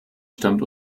stammt